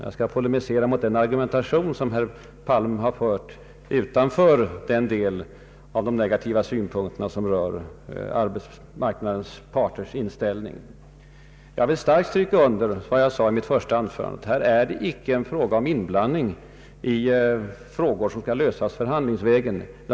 Jag skall däremot polemisera mot den argumentation i övrigt herr Palm har framfört. Jag vill starkt stryka under vad jag sade i mitt första anförande; här är inte fråga om en inblandning i frågor som kan lösas förhandlingsvägen.